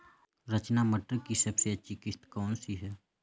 रचना मटर की सबसे अच्छी किश्त कौन सी है?